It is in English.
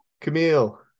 Camille